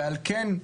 ועל כן,